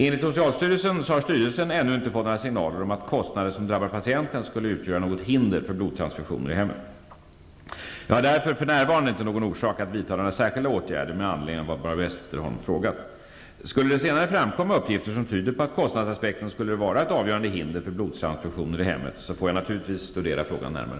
Enligt socialstyrelsen har styrelsen ännu inte fått några signaler om att kostnader som drabbar patienten skulle utgöra något hinder för blodtransfusioner i hemmet. Jag har därför för närvarande inte någon orsak att vidta några särskilda åtgärder med anledning av vad Barbro Westerholm frågat. Skulle det senare framkomma uppgifter som tyder på att kostnadsaspekten skulle vara ett avgörande hinder för blodtransfusioner i hemmet får jag naturligvis studera frågan närmare.